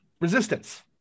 Resistance